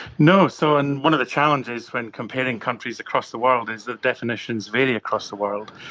no. so and one of the challenges when comparing countries across the world is that definitions vary across the world.